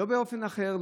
לא באופן אחר,